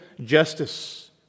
justice